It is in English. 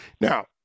Now